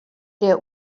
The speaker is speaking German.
der